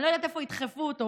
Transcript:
אני לא יודעת איפה ידחפו אותו.